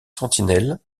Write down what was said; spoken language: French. sentinelles